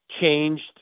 changed